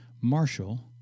Marshall